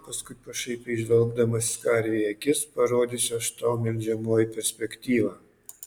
paskui pašaipiai žvelgdamas karvei į akis parodysiu aš tau melžiamoji perspektyvą